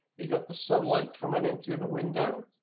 you got the sunlight coming in through the window.